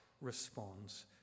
responds